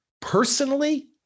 Personally